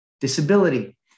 disability